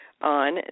on